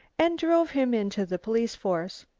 and drove him into the police force.